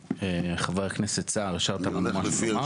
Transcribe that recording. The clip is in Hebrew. חבר הכנסת סער, השארת לנו משהו לומר?